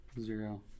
Zero